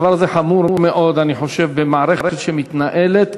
הדבר הזה חמור מאוד, אני חושב, במערכת שמתנהלת,